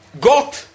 God